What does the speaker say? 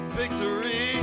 victory